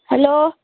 hello